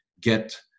get